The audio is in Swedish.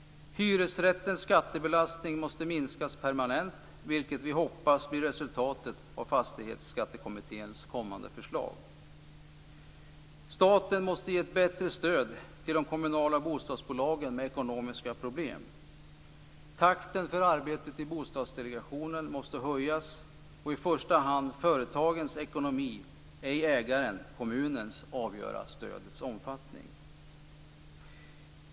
Hyresrättens skattebelastning måste minskas permanent, vilket vi hoppas blir resultatet av Fastighetsskattekommitténs kommande förslag. Staten måste ge ett bättre stöd till de kommunala bostadsbolagen med ekonomiska problem. Takten för arbetet i Bostadsdelegationen måste höjas, och i första hand företagens ekonomi, ej ägarens-kommunens ekonomi, avgöra stödets omfattning.